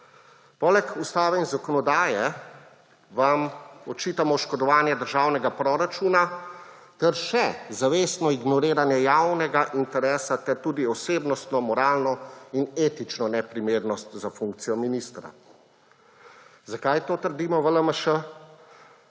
Poleg ustave in zakonodaje vam očitamo oškodovanje državnega proračuna ter že zavestno ignoriranje javnega interesa ter tudi osebnostno, moralno in etično neprimernost za funkcijo ministra. Zakaj to trdimo v LMŠ,